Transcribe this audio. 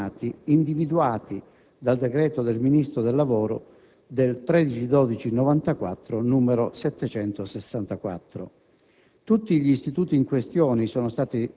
i criteri di ripartizione del fondo patronati individuati dal decreto del Ministro del lavoro del 13 dicembre 1994,